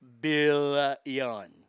billion